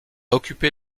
occupé